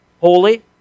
holy